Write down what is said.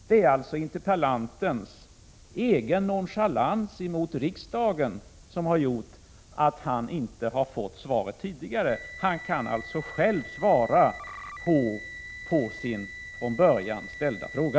Det är alltså interpellantens egen nonchalans emot riksdagen som har gjort att han inte har fått svaret tidigare. Han kan således själv svara på sin inledningsvis ställda fråga.